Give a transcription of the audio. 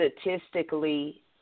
statistically